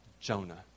Jonah